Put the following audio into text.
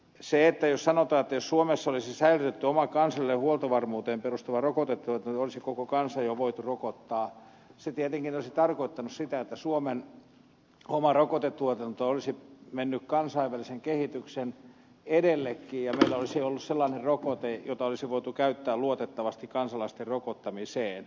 se jos sanotaan että jos suomessa olisi säilytetty oma kansallinen huoltovarmuuteen perustuva rokotetuotanto olisi koko kansa jo voitu rokottaa olisi tietenkin tarkoittanut sitä että suomen oma rokotetuotanto olisi mennyt kansainvälisen kehityksen edellekin ja meillä olisi ollut sellainen rokote jota olisi voitu käyttää luotettavasti kansalaisten rokottamiseen